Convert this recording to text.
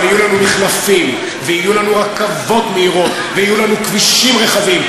אבל יהיו לנו מחלפים ויהיו לנו רכבות מהירות ויהיו לנו כבישים רחבים.